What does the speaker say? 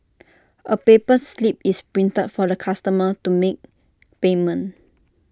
A paper slip is printed for the customer to make payment